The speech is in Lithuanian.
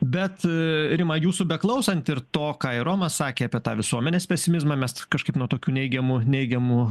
bet rima jūsų beklausant ir to ką ir romas sakė apie tą visuomenės pesimizmą mes kažkaip nuo tokių neigiamų neigiamų